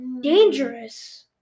dangerous